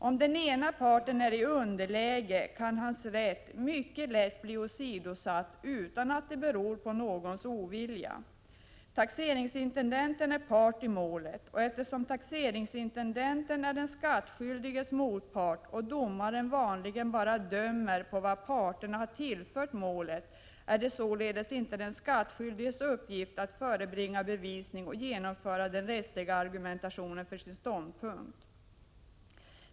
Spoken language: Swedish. Om den ena parten är i underläge kan hans rätt mycket lätt bli åsidosatt, utan att det beror på någons ovilja. Taxeringsintendenten är part i målet, och eftersom taxeringsintendenten är den skattskyldiges motpart och domaren vanligen bara dömer på vad parterna har tillfört målet, är det således den skattskyldiges uppgift att förebringa bevisning och genomföra den rättsliga argumentationen för sin ståndpunkt.